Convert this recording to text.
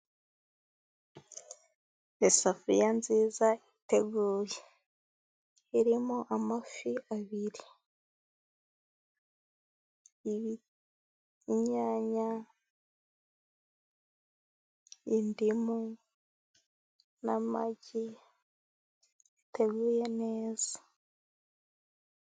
Isafuriya nziza iteguye irimo amafi abiri, inyanya, indimu n'amag biteguye neza.